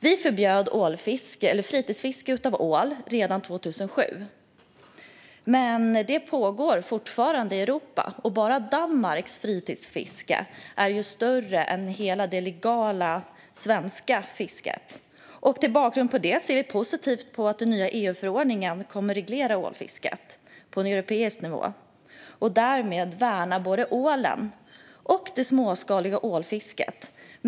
Vi förbjöd fritidsfiske på ål redan 2007, men ålfiske pågår fortfarande i Europa, och bara Danmarks fritidsfiske är större än hela det legala svenska fisket. Vi ser positivt på att den nya EU-förordningen kommer att reglera ålfisket på europeisk nivå och därmed värna både ålen och det småskaliga ålfisket.